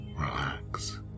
relax